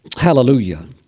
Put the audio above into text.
Hallelujah